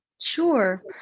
Sure